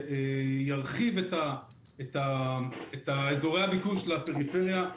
שירחיב את אזורי הביקוש לפריפריה.